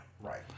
Right